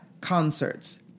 concerts